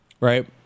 right